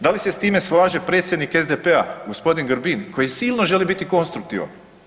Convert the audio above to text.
Da li se s time slaže predsjednik SDP-a g. Grbin koji silno želi biti konstruktivan?